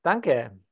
Danke